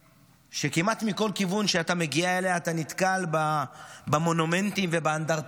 שכמעט מכל כיוון שאתה מגיע אליה אתה נתקל במונומנטים ובאנדרטאות,